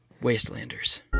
Wastelanders